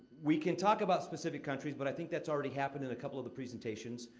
we can talk about specific countries, but i think that's already happened in a couple of the presentations.